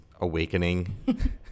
awakening